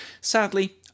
Sadly